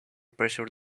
pressure